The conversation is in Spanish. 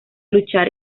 luchar